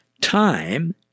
Time